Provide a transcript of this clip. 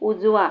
उजवा